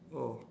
oh